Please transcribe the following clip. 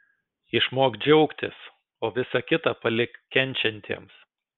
išmok džiaugtis o visa kita palik kenčiantiems